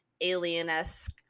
alien-esque